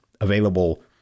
available